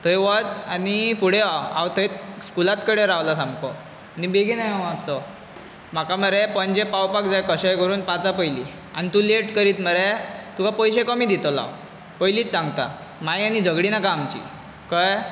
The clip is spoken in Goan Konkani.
थंय वच आनी फुडें यो हांव थंयत स्कुलात कडेन रावला सामको आनी बेगिना यो मात्सो म्हाका मरे पणजे पावपाक जाय कशेंय करून पांचा पयली आनी तूं लेट करीत मरे तुका पयशे कमी दितलो हांव पयलींच सांगता मागीर आनी झगडी नाका आमची कळ्ळें